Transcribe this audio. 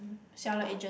seller agent